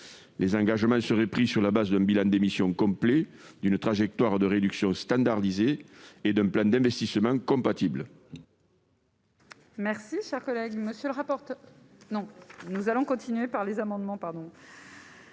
les engagements seraient pris sur la base d'un bilan démission complet d'une trajectoire de réduction standardisé et d'un plan d'investissement compatibles.